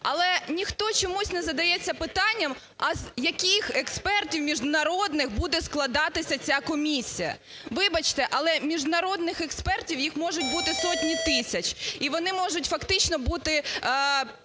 Але ніхто чомусь не задається питанням, а з яких експертів міжнародних буде складатися ця комісія? Вибачте, але міжнародних експертів - їх можуть бути сотні тисяч, і вони можуть фактично бути